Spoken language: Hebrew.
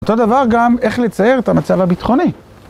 אותו דבר גם, איך לצייר את המצב הביטחוני.